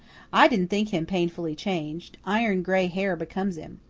i didn't think him painfully changed. iron-gray hair becomes him.